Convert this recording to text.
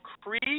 Creed